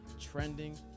trending